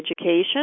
education